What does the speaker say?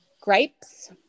grapes